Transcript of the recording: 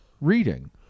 reading